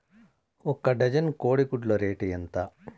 ఒక డజను కోడి గుడ్ల రేటు ఎంత?